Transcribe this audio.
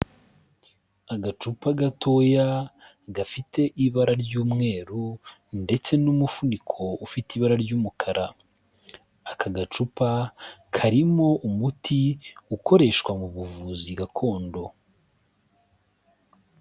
Agacupa gatoya gafite ibara ry'umweru ndetse n'umufuniko ufite ibara ry'umukara, aka gacupa karimo umuti ukoreshwa mu buvuzi gakondo.